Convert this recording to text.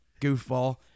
goofball